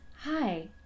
Hi